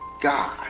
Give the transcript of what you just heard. God